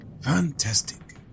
fantastic